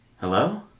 hello